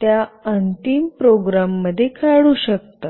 त्या अंतिम प्रोग्राम मध्ये काढू शकता